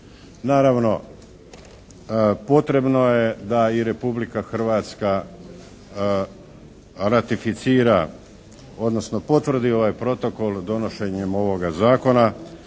Naravno potrebno je da i Republika Hrvatska ratificira odnosno potvrdi ovaj protokol donošenjem ovoga zakona